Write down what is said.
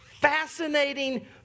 fascinating